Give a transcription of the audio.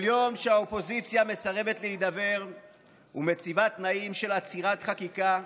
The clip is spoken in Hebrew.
"כל יום שהאופוזיציה מסרבת להידבר ומציבה תנאים של עצירת חקיקה,